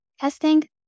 testing